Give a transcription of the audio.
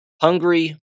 Hungary